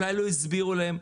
אולי לא הסבירו להם.